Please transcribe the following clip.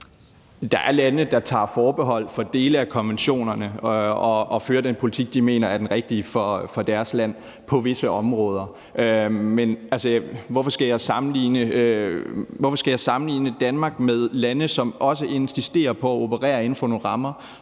Der er lande, der tager forbehold for dele af konventionerne og fører den politik, de mener er den rigtige for deres land på visse områder. Men hvorfor skal jeg sammenligne Danmark med lande, som også insisterer på at operere inden for nogle rammer,